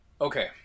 Okay